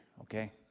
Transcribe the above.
okay